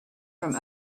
from